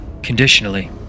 Conditionally